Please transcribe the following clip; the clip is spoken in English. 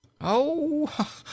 Oh